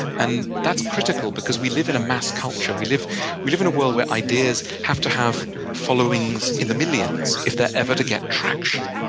and that's critical because we live in a mass culture. we live we live in a world where ideas have to have followings in the millions if they're ever to get traction.